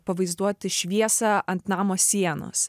pavaizduoti šviesą ant namo sienos